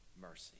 mercy